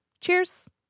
cheers